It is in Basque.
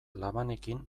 labanekin